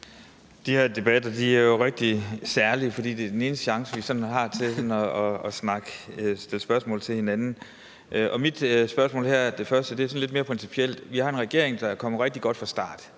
De her debatter er jo noget særligt, for det er den eneste chance, vi har til at stille spørgsmål til hinanden. Mit første spørgsmål er af mere principiel karakter: Vi har en regering, der er kommet rigtig godt fra start